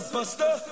Buster